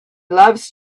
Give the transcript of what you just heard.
loves